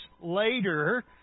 later